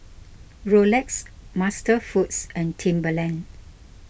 Rolex MasterFoods and Timberland